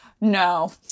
No